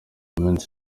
minsi